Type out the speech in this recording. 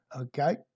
okay